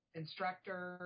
instructor